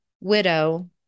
widow